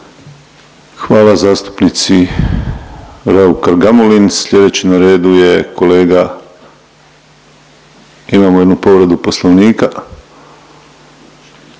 Hvala zastupnici Raukar Gamulin. Slijedeći na redu je kolega. Imamo jednu povredu Poslovnika,